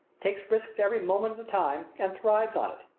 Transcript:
takes risks every moment of the time and thrives on it.